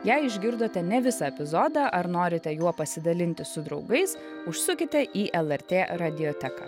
jei išgirdote ne visą epizodą ar norite juo pasidalinti su draugais užsukite į lrt radijoteką